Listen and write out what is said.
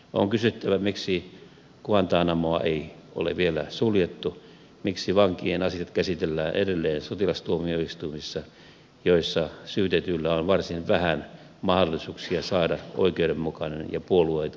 on kysyttävä miksi guantanamoa ei ole vielä suljettu miksi vankien asiat käsitellään edelleen sotilastuomioistuimissa joissa syytetyillä on varsin vähän mahdollisuuksia saada oikeudenmukainen ja puolueeton oikeudenkäynti